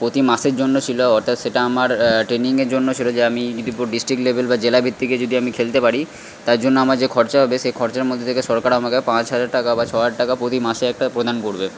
প্রতি মাসের জন্য ছিল অর্থাৎ সেটা আমার ট্রেনিংয়ের জন্য ছিল যে আমি যদি পুরো ডিস্ট্রিক্ট লেভেল বা জেলা ভিত্তিকে যদি আমি খেলতে পারি তার জন্য আমার যে খরচা হবে সেই খরচার মধ্যে থেকে সরকার আমাকে পাঁচ হাজার টাকা বা ছহাজার টাকা প্রতি মাসে একটা প্রদান করবে